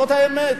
זאת האמת.